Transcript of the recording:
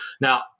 Now